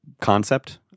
concept